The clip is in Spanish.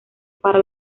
para